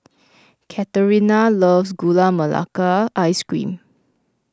Katharina loves Gula Melaka Ice Cream